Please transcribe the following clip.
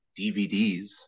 DVDs